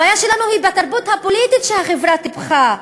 הבעיה שלנו היא בתרבות הפוליטית שהחברה טיפחה.